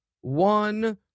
one